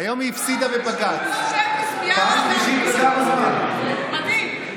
היא הפסידה היום בבג"ץ, פעם שלישית, 3:0. מדהים.